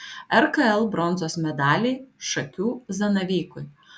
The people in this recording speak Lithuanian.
rkl bronzos medaliai šakių zanavykui